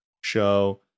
show